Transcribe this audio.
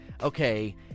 okay